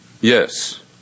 yes